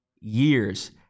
years